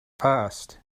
past